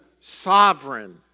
sovereign